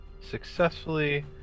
successfully